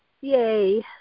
Yay